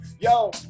Yo